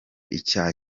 icyaha